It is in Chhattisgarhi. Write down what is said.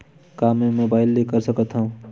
का मै मोबाइल ले कर सकत हव?